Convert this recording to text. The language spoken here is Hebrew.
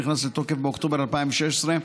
נכנס לתוקף באוקטובר 2016,